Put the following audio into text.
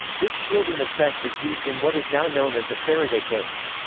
this shielding effect is used in what is now known as a faraday cage.